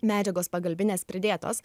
medžiagos pagalbinės pridėtos